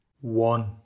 one